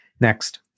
Next